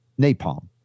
Napalm